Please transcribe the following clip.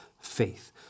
faith